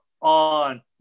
on